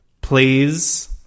Please